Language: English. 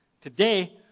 Today